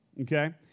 okay